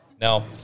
Now